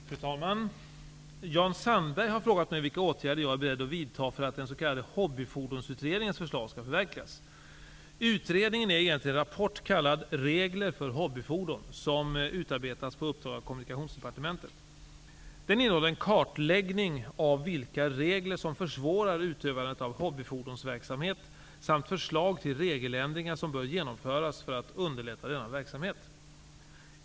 Fru talman! Jan Sandberg har frågat mig vilka åtgärder jag är beredd att vidta för att den s.k. hobbyfordonsutredningens förslag skall förverkligas. Utredningen är egentligen en rapport kallad Regler för hobbyfordon, som utarbetats på uppdrag av Kommunikationsdepartementet. Den innehåller en kartläggning av vilka regler som försvårar utövandet av hobbyfordonsverksamhet samt förslag till regeländringar som bör genomföras för att underlätta denna verksamhet.